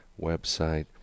website